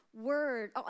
word